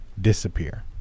disappear